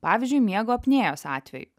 pavyzdžiui miego apnėjos atveju